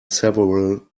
several